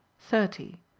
thirty.